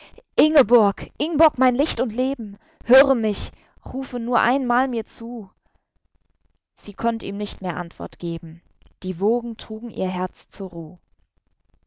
ingeborg ingborg mein licht und leben höre mich rufe nur einmal mir zu sie konnt ihm nicht mehr antwort geben die wogen trugen ihr herz zur ruh